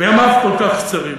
וימיו כל כך קצרים.